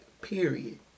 Period